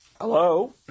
Hello